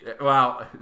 wow